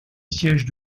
siège